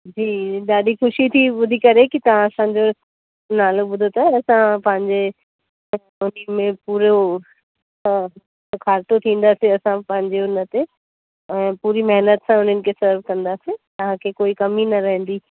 जी ॾाढी ख़ुशी थी ॿुधी करे की तव्हां असांजो नालो ॿुधो अथव असां पंहिंजे कसोटी में पूरो सकारितो थींदासीं असां पंहिंजे उन ते ऐं पूरी महिनत सां उन्हनि खे सर्व कंदासीं तव्हांखे कोई कमी न रहंदी